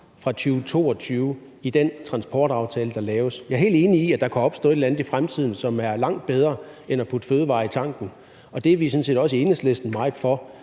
fra 2022 i den transportaftale, der laves. Jeg er helt enig i, at der kan opstå et eller andet i fremtiden, som er langt bedre end at putte fødevarer i tanken, og det er vi sådan set også i Enhedslisten meget for